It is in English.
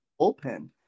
bullpen